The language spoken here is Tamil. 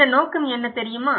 இந்த நோக்கம் என்ன தெரியுமா